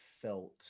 felt